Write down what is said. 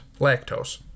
lactose